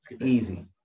Easy